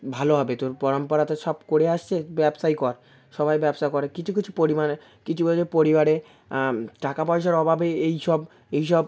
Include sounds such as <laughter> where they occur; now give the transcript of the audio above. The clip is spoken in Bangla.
ভালো হবে তোর পরম্পরা তো সব করে আসছে ব্যবসাই কর সবাই ব্যবসা করে কিছু কিছু পরিমাণে কিছু <unintelligible> পরিবারে টাকা পয়সার অভাবে এই সব এই সব